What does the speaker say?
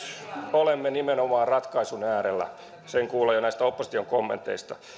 olemme nimenomaan ratkaisun äärellä sen kuulee jo näistä opposition kommenteista